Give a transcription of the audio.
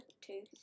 two